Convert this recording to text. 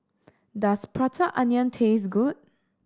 does Prata Onion taste good